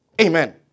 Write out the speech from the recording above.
Amen